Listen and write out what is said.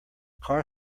car